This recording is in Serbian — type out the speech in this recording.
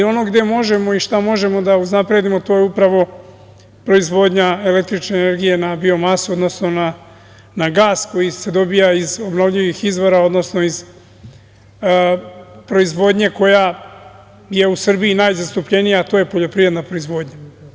Ono gde možemo i šta možemo da uznapredimo to je upravo proizvodnja električne energije na biomasu, odnosno na gas koji se dobija iz obnovljivih izvora, odnosno iz proizvodnje koja je u Srbiji najzastupljenija, a to je poljoprivredna proizvodnja.